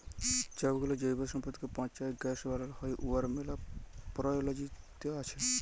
ছবগুলা জৈব সম্পদকে পঁচায় গ্যাস বালাল হ্যয় উয়ার ম্যালা পরয়োজলিয়তা আছে